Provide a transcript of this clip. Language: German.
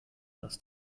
das